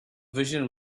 vision